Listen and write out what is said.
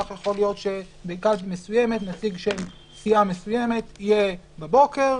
כך יכול להיות שבקלפי מסוימת נציג של סיעה מסוימת יהיה בבוקר,